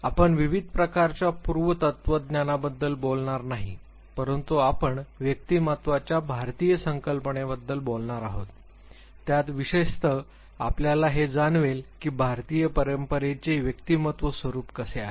आपण विविध प्रकारच्या पूर्व तत्त्वज्ञानाबद्दल बोलणार नाही परंतु आपण व्यक्तिमत्त्वाच्या भारतीय संकल्पनेबद्दल बोलणार आहोत त्यात विशेषत आपल्याला हे जाणवेल की भारतीय परंपरेचे व्यक्तिमत्व स्वरूप कसे आहे